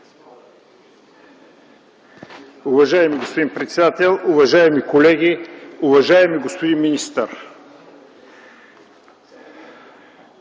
Уважаеми господин председател, уважаеми колеги, уважаеми господин министър!